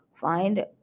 find